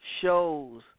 shows